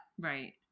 right